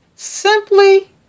Simply